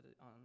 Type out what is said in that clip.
on